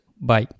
Bye